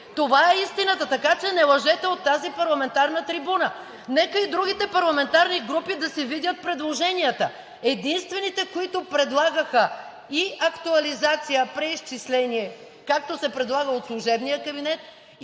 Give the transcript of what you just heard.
Това е истината, така че не лъжете от тази парламентарна трибуна. Нека и другите парламентарни групи да си видят предложенията. Единствените, които предлагаха и актуализация – преизчисление, както се предлага от служебния кабинет,